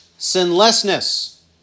Sinlessness